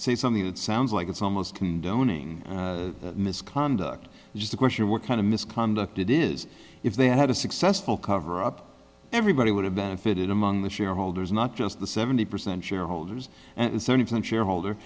say something that sounds like it's almost condoning misconduct just a question of what kind of misconduct it is if they had a successful cover up everybody would have benefited among the shareholders not just the seventy percent shareholders and seventy percent shareholder